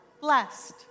blessed